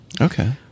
Okay